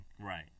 Right